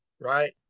right